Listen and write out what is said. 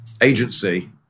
agency